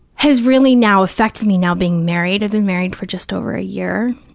has really now affected me now being married. i've been married for just over a year.